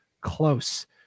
close